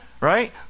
Right